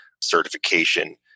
Certification